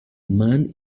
man